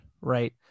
right